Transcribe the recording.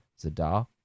Zadar